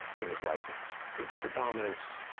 things like urge for dominance,